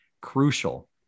crucial